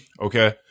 okay